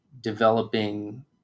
developing